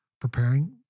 preparing